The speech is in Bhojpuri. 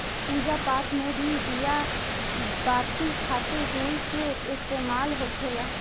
पूजा पाठ मे भी दिया बाती खातिर रुई के इस्तेमाल होखेला